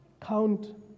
Count